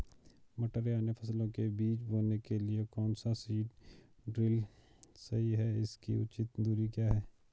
मटर या अन्य फसलों के बीज बोने के लिए कौन सा सीड ड्रील सही है इसकी उचित दूरी क्या है?